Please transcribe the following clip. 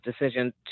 decision